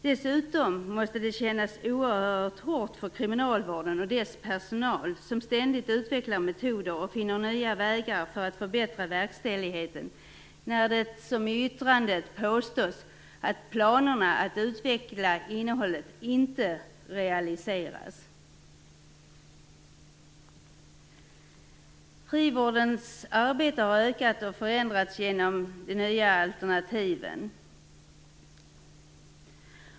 Dessutom måste det kännas oerhört hårt för kriminalvården och dess personal som ständigt utvecklar metoder och finner nya vägar för att förbättra verkställigheten när det, som i yttrandet, påstås att planerna att utveckla innehållet inte realiseras. Frivårdens arbete har ökat och förändrats genom de nya alternativen.